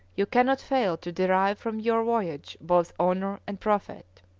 you cannot fail to derive from your voyage both honour and profit.